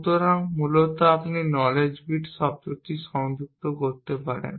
সুতরাং মূলত আপনি নলেজ বিট শব্দটি সংযুক্ত করতে পারেন